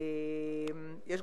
יש